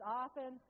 often